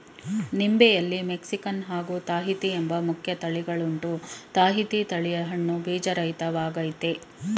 ನಿಂಬೆಯಲ್ಲಿ Mexican ಹಾಗೂ Tahiti ಎಂಬ ಮುಖ್ಯ ತಳಿಗಳುಂಟು ತಾಹಿತಿ ತಳಿಯ ಹಣ್ಣು ಬೀಜರಹಿತ ವಾಗಯ್ತೆ